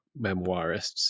memoirists